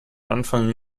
anfang